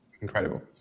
Incredible